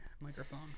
microphone